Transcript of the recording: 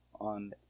on